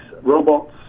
robots